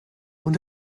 und